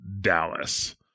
Dallas